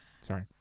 Sorry